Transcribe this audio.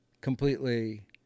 completely